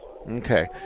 Okay